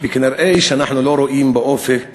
ונראה שאנחנו לא רואים באופק